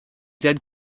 dead